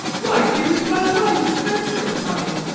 why, give it to my wife, and fetch your money.